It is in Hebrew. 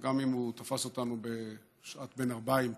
אם הוא תפס אותנו בשעת בין ערבים כזאת.